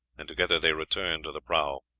and together they returned to the prahu.